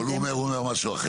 אבל הוא אומר משהו אחר.